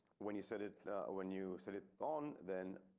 when you said it when you set it on then.